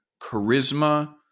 charisma